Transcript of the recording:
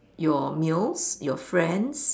your meals your friends